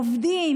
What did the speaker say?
עובדים,